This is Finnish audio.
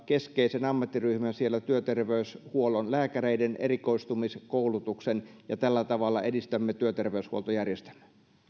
keskeisen ammattiryhmän työterveyshuollon lääkäreiden erikoistumiskoulutuksen ja tällä tavalla edistämme työterveyshuoltojärjestelmää